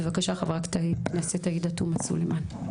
בבקשה חברת הכנסת עאידה תומא סלימאן.